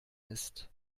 ist